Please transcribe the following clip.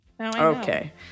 Okay